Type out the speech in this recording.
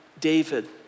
David